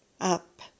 up